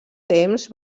temps